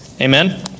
Amen